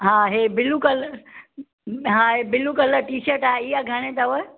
हा इहे blue colour हा हे बिलु कलरु टिशट आहे इहा घणे अथव